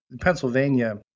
Pennsylvania